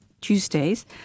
Tuesdays